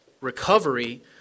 recovery